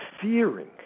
fearing